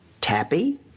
Tappy